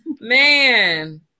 Man